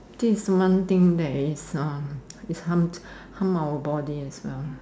this is one thing that is is harm harm our body is